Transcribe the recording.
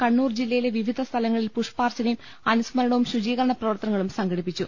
കണ്ണൂർ ജില്ലയിലെ വിവിധ സ്ഥലങ്ങളിൽ പുഷ്പാർച്ചനയും അനുസ്മരണവും ശുചീകരണ പ്രവർത്തനങ്ങളും സംഘടിപ്പിച്ചു